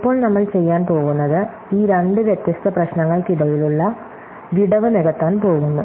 ഇപ്പോൾ നമ്മൾ ചെയ്യാൻ പോകുന്നത് ഈ രണ്ട് വ്യത്യസ്ത പ്രശ്നങ്ങൾക്കിടയിലുള്ള വിടവ് നികത്താൻ പോകുന്നു